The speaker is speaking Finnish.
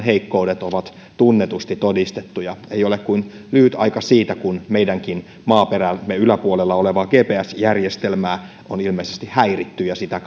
heikkoudet ovat tunnetusti todistettuja ei ole kuin lyhyt aika siitä kun meidänkin maaperämme yläpuolella olevaa gps järjestelmää on ilmeisesti häiritty ja sitä